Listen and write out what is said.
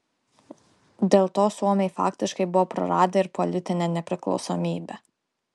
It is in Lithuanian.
dėl to suomiai faktiškai buvo praradę ir politinę nepriklausomybę